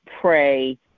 pray